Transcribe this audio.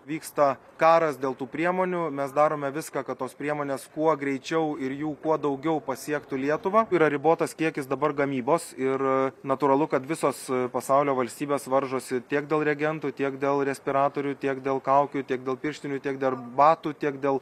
vyksta karas dėl tų priemonių mes darome viską kad tos priemonės kuo greičiau ir jų kuo daugiau pasiektų lietuvą yra ribotas kiekis dabar gamybos ir natūralu kad visos pasaulio valstybės varžosi tiek dėl reagentų tiek dėl respiratorių tiek dėl kaukių tiek dėl pirštinių tiek dėl batų tiek dėl